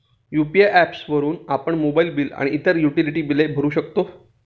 UPI apps वापरून आपण mobile bill आणि इतर युटिलिटी बिले भरू शकतो